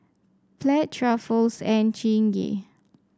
Pledge Ruffles and Chingay